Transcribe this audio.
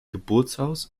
geburtshaus